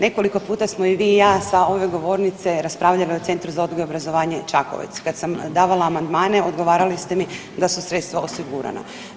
Nekoliko ste i vi i ja s ove govornice raspravljali o Centru za odgoj i obrazovanje Čakovec, kad sam davala amandmane odgovarali ste mi da su sredstava osigurana.